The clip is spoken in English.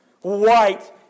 white